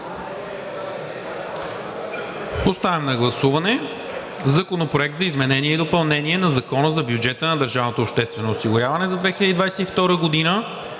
Поставям на гласуване Законопроект за изменение и допълнение на Закона за бюджета на държавното обществено осигуряване за 2022 г.,